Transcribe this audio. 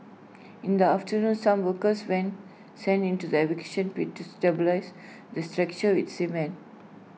in the afternoon some workers when sent into the pit to stabilise the structure with cement